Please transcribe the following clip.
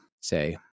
say